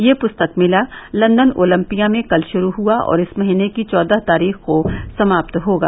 ये पुस्तक मेला लंदन ओलंपिया में कल शुरू हुआ और इस महीने की चौदह तारीख को समाप्त होगा